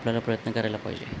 आपल्याला प्रयत्न करायला पाहिजे